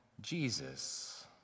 Jesus